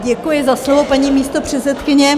Děkuji za slovo, paní místopředsedkyně.